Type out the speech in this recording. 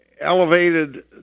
elevated